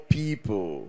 people